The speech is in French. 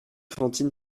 fantine